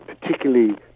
particularly